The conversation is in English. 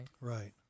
right